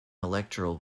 electoral